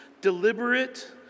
deliberate